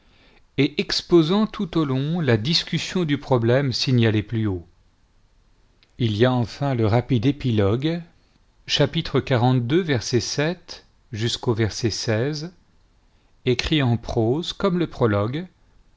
et exposant tout au long la discussion du problème signalé plus haut il y a enfin le rapide épilogue chapitre xliii jusqu'au écrit en prose comme le prologue